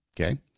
Okay